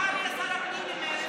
ואם מחר יהיה שר פנים ממרצ,